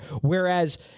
Whereas